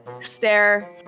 stare